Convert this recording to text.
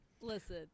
Listen